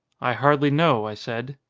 i hardly know, i said.